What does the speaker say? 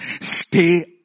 stay